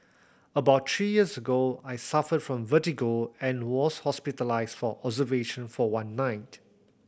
about three years ago I suffered from vertigo and was hospitalised for observation for one night